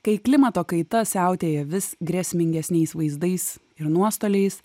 kai klimato kaita siautėja vis grėsmingesniais vaizdais ir nuostoliais